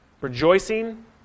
rejoicing